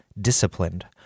disciplined